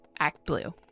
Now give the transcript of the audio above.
ActBlue